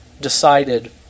decided